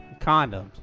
Condoms